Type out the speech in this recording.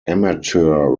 amateur